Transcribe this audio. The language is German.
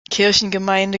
kirchengemeinde